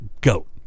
goat